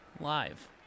live